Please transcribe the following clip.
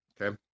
Okay